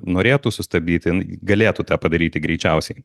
norėtų sustabdyti galėtų tą padaryti greičiausiai